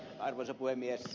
arvoisa puhemies